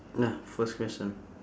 ya first question